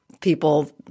people